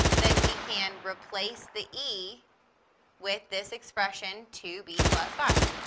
then we can replace the e with this expression two b plus five.